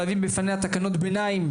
להביא בפניה תקנות ביניים,